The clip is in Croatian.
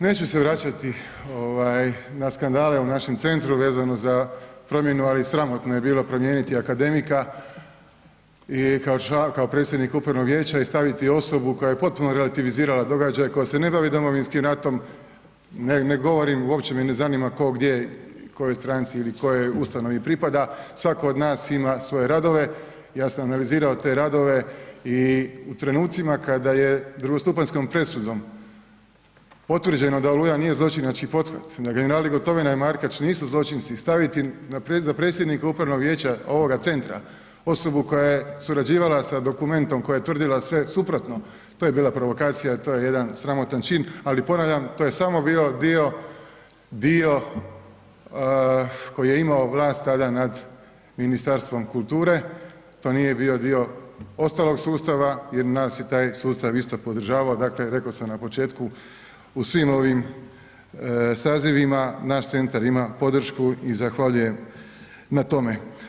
Neću se vraćati na skandale u našem centru vezano za promjenu, ali sramotno je bilo promijeniti akademika i kao predsjednik upravnog vijeća i staviti osobu koja je potpuno relativizirala događaj koji se ne bavi Domovinskim ratom, ne govorim, uopće me ne zanima, tko, gdje, kojoj stranci ili kojoj ustanovi pripada, svatko od nas ima svoje radove, ja sam analizirao te radove i u trenucima kada je drugostupanjskom presudom potvrđeno da Oluja nije zločinački pothvat, da generali Gotovina i Markač nisu zločinci i staviti za predsjednika upravnog vijeća ovoga centra osobu koja je surađivala sa dokumentom koja je tvrdila sve suprotno, to je bila provokacija, to je jedan sramotan čin, ali ponavljam, to je samo bio dio, dio koji je imao vlast tada nad Ministarstvom kulture, to nije bio dio ostalog sustava jer nas je taj sustav isto podržavao, dakle, rekao sam na početku, u svim ovim sazivima naš centar ima podršku i zahvaljujem na tome.